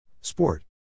Sport